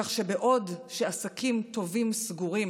כך, בעוד עסקים טובים סגורים,